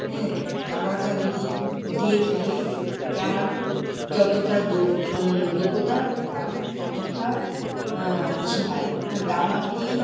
হ্যাঁ দাবাটা যদি গিয়ে খেলে যার যতটা যোগ যোগ্যতা তার ততটা ইসে হয় কারণ দাবাতে